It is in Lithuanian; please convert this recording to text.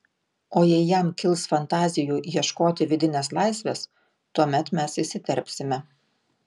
o jei jam kils fantazijų ieškoti vidinės laisvės tuomet mes įsiterpsime